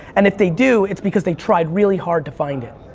and if they do it's because they tried really hard to find it,